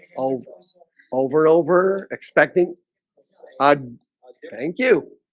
over so over over expecting odd thank you.